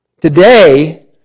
Today